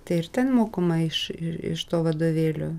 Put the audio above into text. tai ir ten mokoma iš i iš to vadovėlio